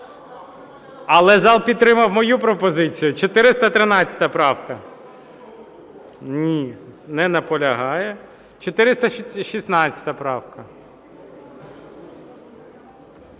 Але зал підтримав мою пропозицію. 413 правка. Ні, не наполягає. 416 правка.